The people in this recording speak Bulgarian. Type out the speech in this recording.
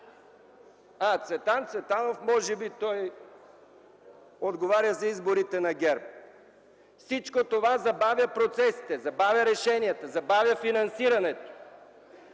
Цветан Цветанов – може би, той отговаря за изборите на ГЕРБ. Всичко това забавя процесите, забавя решенията, забавя финансирането.